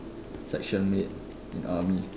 section mate in army